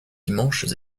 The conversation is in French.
dimanches